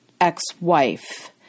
ex-wife